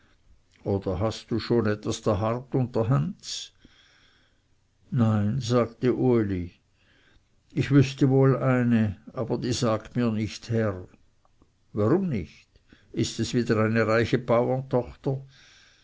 oder hast du schon etwas der art unterhänds nein sagte uli ich wüßte wohl eine aber die sagt mir nicht herr warum nicht fragte johannes ist es wieder eine reiche